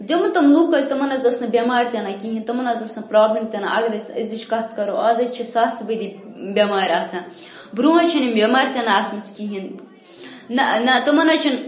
یِم تِم لُکھ ٲسۍ تِمَن حظ ٲس نہٕ بٮ۪مارِ تہِ نَہ کِہیٖنۍ تِمَن حظ ٲس نہٕ پرٛابلِم تہِ نَہ اگر أسۍ أزِچ کَتھ کَرو آز حظ چھِ ساسہٕ بٔدی بٮ۪مارِ آسان برٛونٛہہ حظ چھِنہٕ یِم بٮ۪مارِ تہِ نَہ آسمَژ کِہیٖنۍ نَہ نَہ تِمَن حظ چھِنہٕ